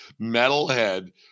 metalhead